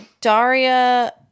daria